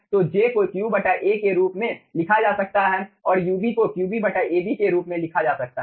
तो j को Q A के रूप में लिखा जा सकता है और ub को Qb Ab के रूप में लिखा जा सकता है